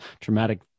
traumatic